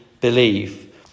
believe